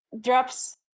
drops